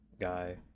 guy